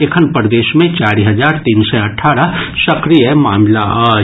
एखन प्रदेश मे चारि हजार तीन सय अठारह सक्रिय मामिला अछि